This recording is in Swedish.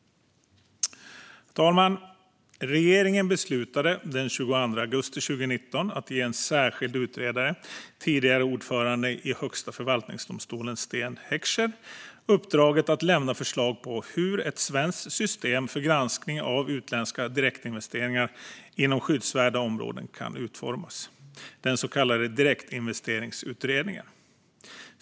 Herr talman! Regeringen beslutade den 22 augusti 2019 att ge en särskild utredare, tidigare ordföranden i Högsta förvaltningsdomstolen Sten Heckscher, uppdraget att lämna förslag på hur ett svenskt system för granskning av utländska direktinvesteringar inom skyddsvärda områden kan utformas, den så kallade Direktinvesteringsutredningen.